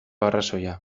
arrazoia